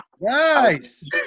Nice